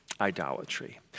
Idolatry